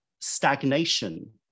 stagnation